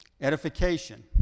Edification